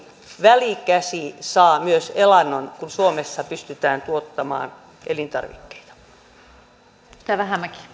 välikäsi saa myös elannon kun suomessa pystytään tuottamaan elintarvikkeita